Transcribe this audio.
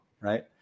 right